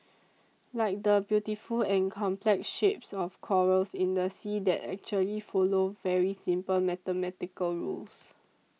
like the beautiful and complex shapes of corals in the sea that actually follow very simple mathematical rules